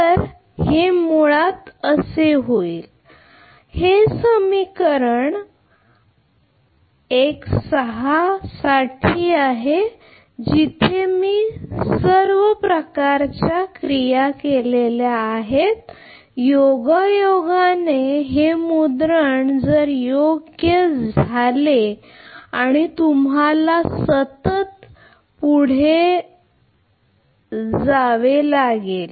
तर मुळात ते होईल तर हे असे समीकरण आहे जिथे मी सर्व प्रकारच्या क्रिया केलेल्या आहेत योगायोगाने हे एक मुद्रण जर योग्य झाले आणि तुम्हाला सतत पुढे जावे लागते